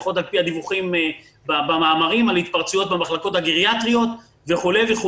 לפחות על פי הדיווחים במאמרים על התפרצויות במחלקות הגריאטריות וכולי.